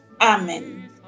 amen